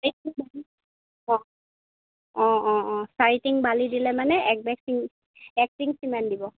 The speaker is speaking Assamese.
অঁ চাৰি টিং বালি দিলে মানে এক বেগ চিং এক টিং চিমেণ্ট দিব